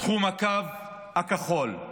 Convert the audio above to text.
תחום הקו הכחול,